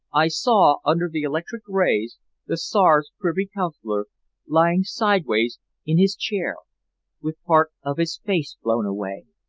i saw under the electric rays the czar's privy-councillor lying sideways in his chair with part of his face blown away.